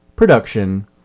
Production